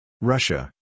Russia